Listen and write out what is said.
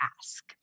ask